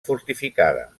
fortificada